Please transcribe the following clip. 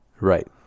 Right